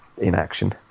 inaction